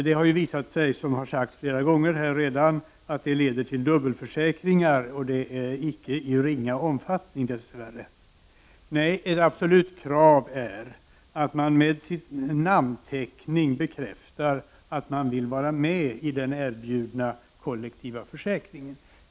Det har visat sig, som redan sagts här flera gången, att det leder till dubbelförsäkringar, dess värre i inte ringa omfattning. Nej, det är ett definitivt krav att man med sin namnteckning skall bekräfta att man vill vara med i den erbjudna kollektiva försäkringen.